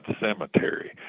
cemetery